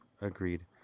Agreed